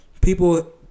people